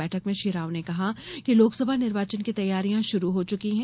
बैठक में श्री राव ने कहा कि लोकसभा निर्वाचन की तैयारियाँ शुरू हो चुकी हैं